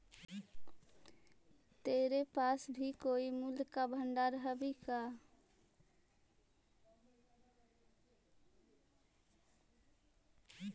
तोरा पास भी कोई मूल्य का भंडार हवअ का